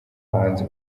bahanzi